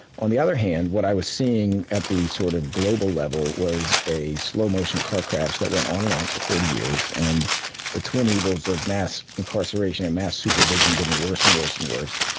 on the other hand, what i was seeing at the sort of global level was a slow motion car crash that went on and on for thirty years, and the twin evils of mass incarceration and mass supervision getting worse and worse and worse.